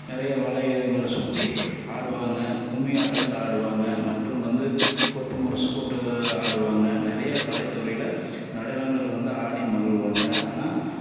நிறைய வளயங்கள சுற்றி ஆடுவாங்க கும்மி ஆட்டத்தில் ஆடுவாங்க மற்றும் வந்து கொட்டும் முரசு கொட்டி ஆடுவாங்க நிறைய கலைத்துறையில் நடனங்கள் வந்து ஆடி மகிழ்வாங்க ஆனால்